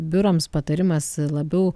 biurams patarimas labiau